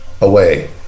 away